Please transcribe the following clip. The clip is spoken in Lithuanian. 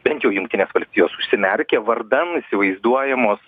bent jau jungtinės valstijos užsimerkė vardan įsivaizduojamos